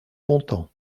content